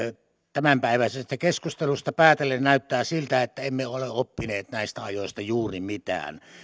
tämänpäiväisestä keskustelusta päätellen näyttää siltä että emme ole oppineet näistä ajoista juuri mitään